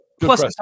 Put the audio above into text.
plus